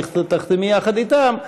תחתמי יחד אתן,